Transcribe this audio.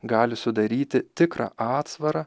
gali sudaryti tikrą atsvarą